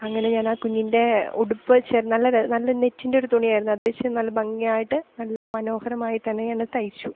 അങ്ങനെ ഞാൻ ആ കുഞ്ഞിൻ്റെ ഉടുപ്പ് നല്ല നല്ല നെറ്റിൻ്റെ ഒരു തുണിയായിരുന്നു അതു വെച്ച് നല്ല ഭംഗിയായിട്ട് നല്ല മനോഹരമായി തന്നെ ഞാൻ തയ്ച്ചു